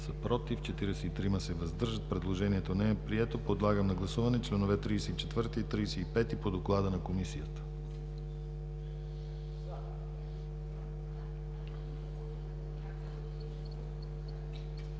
Предложението не е прието. Подлагам на гласуване членове 38 и 39 по Доклада на Комисията.